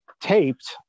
taped